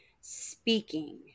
speaking